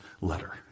letter